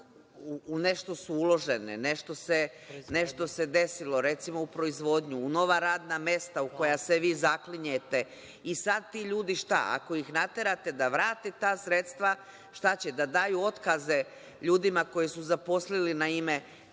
u nešto su uložene, nešto se desilo, recimo u proizvodnju, u nova radna mesta u koja se vi zaklinjete, i sada ti ljudi – šta? Ako ih naterate da vrate ta sredstva, šta će – da daju otkaze ljudima koje su zaposlili na ime